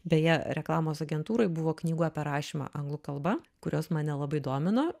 beje reklamos agentūroj buvo knygų apie rašymą anglų kalba kurios mane labai domino